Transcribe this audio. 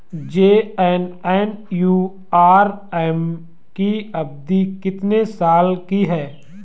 JNNURM की अवधि कितने साल की है?